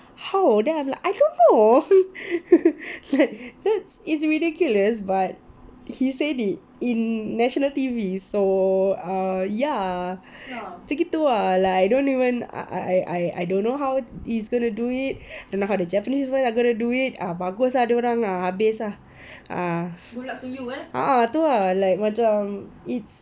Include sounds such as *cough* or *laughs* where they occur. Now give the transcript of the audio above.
how then I'm like I don't know *laughs* like that's it's ridiculous but he said it in national T_V so err ya macam gitu like I don't even I I I don't know how he's going to do it don't know how the japanese people are gonna do it ah bagus ah dorang habis ah a'ah tu ah like macam it's